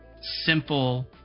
simple